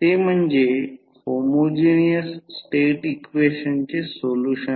ते म्हणजे homogeneous state इक्वेशनचे सोल्युशन आहे